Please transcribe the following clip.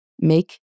Make